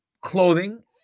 clothing